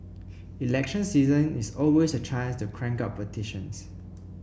election season is always a chance to crank out petitions